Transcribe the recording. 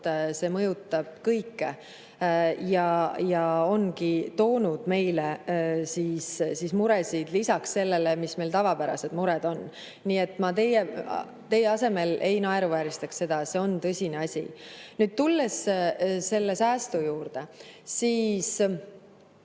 see mõjutab kõike. See on toonud meile muresid lisaks nendele, mis meie tavapärased mured on. Nii et ma teie asemel ei naeruvääristaks seda, see on tõsine asi. Nüüd tulen selle säästu juurde. Tõsi